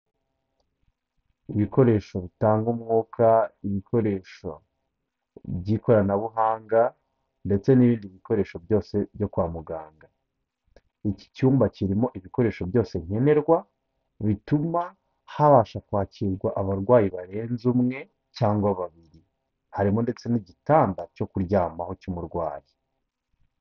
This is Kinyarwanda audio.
Ibikoresho bitanga umwuka, ibikoresho by'ikoranabuhanga ndetse n'ibindi bikoresho byose byo kwa muganga. Iki cyumba kirimo ibikoresho byose nkenerwa bituma habasha kwakirwa abarwayi barenze umwe cyangwa babiri, harimo ndetse n'igitanda cyo kuryamaho cy'umurwayi.